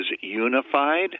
unified